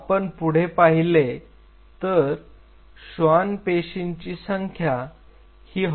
जर आपण पुढे पाहिले तर श्वान पेशींची संख्या ही हळूहळू वाढू लागली आहे